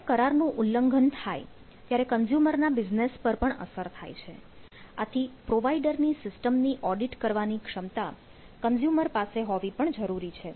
જ્યારે કરારનું ઉલ્લંઘન થાય ત્યારે કન્ઝ્યુમર ના બિઝનેસ પર પણ અસર થાય છે આથી પ્રોવાઇડર ની સિસ્ટમની ઓડિટ કરવાની ક્ષમતા કન્ઝ્યુમર પાસે હોવી પણ જરૂરી છે